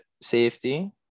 safety